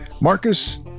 Marcus